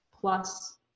plus